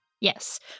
Yes